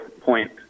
point